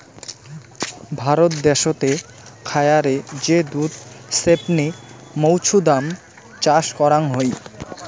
ভারত দ্যাশোতে খায়ারে যে দুধ ছেপনি মৌছুদাম চাষ করাং হই